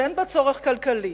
שאין בה צורך כלכלי,